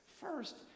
First